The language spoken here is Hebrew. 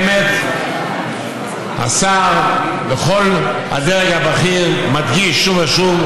שאי-אפשר בכלל להבין את העוצמה שלה.